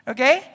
Okay